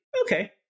okay